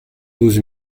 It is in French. douze